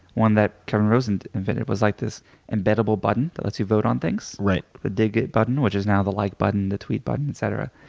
one that kevin rosen invented was like this embeddable button that lets you vote on things, the dig it button which is now the like button, the tweet button, etc.